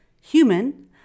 human